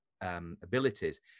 abilities